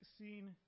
seen